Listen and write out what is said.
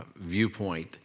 viewpoint